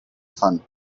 fun